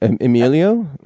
Emilio